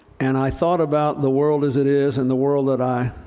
and i thought about the world as it is and the world that i